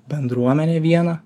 bendruomenę vieną